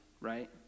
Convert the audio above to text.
right